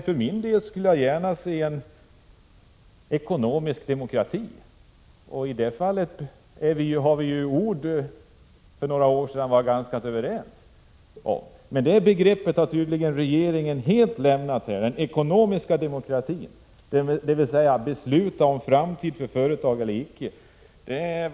För min del skulle jag gärna se en ekonomisk demokrati. I det fallet var vi för några år sedan ganska överens i ord. Men det begreppet har regeringen tydligen helt lämnat, dvs. att besluten om företagens framtid skall fattas i demokratisk ordning.